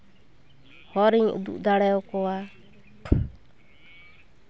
ᱠᱤᱢᱵᱟ ᱦᱚᱨᱤᱧ ᱩᱫᱩᱜ ᱫᱟᱲᱮ ᱟᱠᱚᱣᱟ